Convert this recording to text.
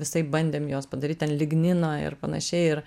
visaip bandėm juos padaryt ten lignino ir panašiai ir